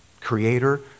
creator